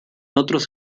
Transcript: otros